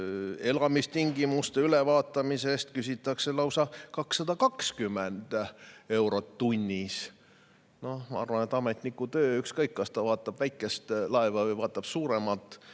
elamistingimuste ülevaatamise eest küsitakse lausa 220 eurot tunnis. Ma arvan, et ametniku töötunni hind on sama, ükskõik, kas ta vaatab väikest laeva või vaatab suuremat.